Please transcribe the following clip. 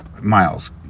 miles